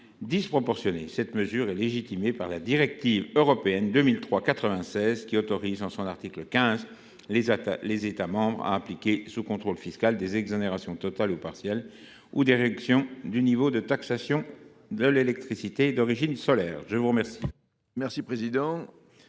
disproportionnées. Cette mesure est légitimée par la directive européenne 2003/96/CE, qui autorise, en son article 15, les États membres à appliquer sous contrôle fiscal des exonérations totales ou partielles ou des réductions du niveau de taxation à l’électricité d’origine solaire. La parole